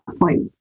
point